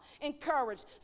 encouraged